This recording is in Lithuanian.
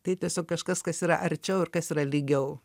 tai tiesiog kažkas kas yra arčiau ir kas yra lygiau